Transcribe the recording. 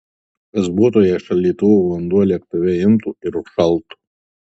kas būtų jei šaldytuvų vanduo lėktuve imtų ir užšaltų